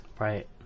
right